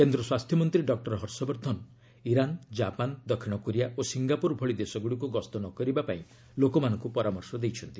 କେନ୍ଦ୍ର ସ୍ୱାସ୍ଥ୍ୟ ମନ୍ତ୍ରୀ ଡକ୍ଟର ହର୍ଷବର୍ଦ୍ଧନ ଇରାନ୍ ଜାପାନ୍ ଦକ୍ଷିଣ କୋରିଆ ଓ ସିଙ୍ଗାପୁର ଭଳି ଦେଶଗୁଡ଼ିକୁ ଗସ୍ତ ନ କରିବା ପାଇଁ ଲୋକମାନଙ୍କୁ ପରାମର୍ଶ ଦେଇଛନ୍ତି